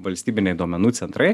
valstybiniai duomenų centrai